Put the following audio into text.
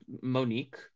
Monique